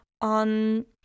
on